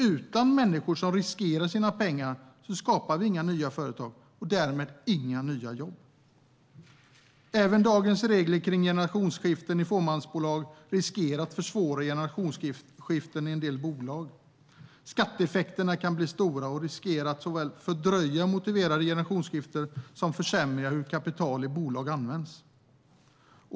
Utan människor som riskerar sina pengar skapar vi inga nya företag och därmed inga nya jobb. Även dagens regler kring generationsskiften i fåmansbolag riskerar att försvåra generationsskiften i en del bolag. Skatteeffekterna kan bli stora och riskerar att såväl fördröja motiverade generationsskiften som försämra hur kapital i bolag används.